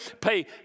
pay